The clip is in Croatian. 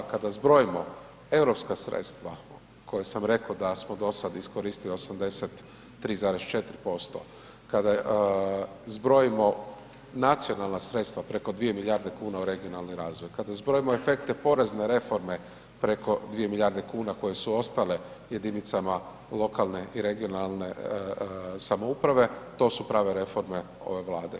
Kada zbrojimo europska sredstva koja sam rekao da smo do sada iskoristili 83,4%, kada zbrojimo nacionalna sredstva preko 2 milijarde kuna u regionalni razvoj, kada zbrojimo efekte porezne reforme preko 2 milijarde kuna koje su ostale jedinicama lokalne i regionalne samouprave to su prave reforme ove Vlade.